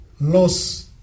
loss